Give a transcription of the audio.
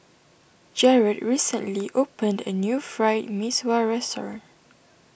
Jerod recently opened a new Fried Mee Sua restaurant